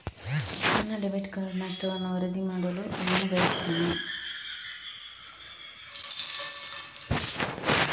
ನನ್ನ debit card ನಷ್ಟವನ್ನು ವರದಿ ಮಾಡಲು ನಾನು ಬಯಸ್ತೆನೆ